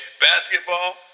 basketball